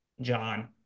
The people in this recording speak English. John